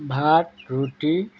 ভাত ৰুটি